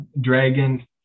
Dragon